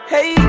Hey